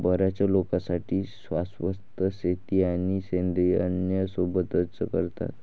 बर्याच लोकांसाठी शाश्वत शेती आणि सेंद्रिय अन्न सोबतच करतात